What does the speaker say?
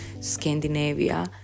Scandinavia